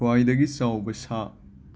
ꯈ꯭ꯋꯥꯏꯗꯒꯤ ꯆꯥꯎꯕ ꯁꯥ